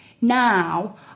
now